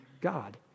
God